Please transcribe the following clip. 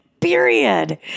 period